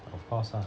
of course lah